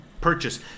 purchase